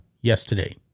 yesterday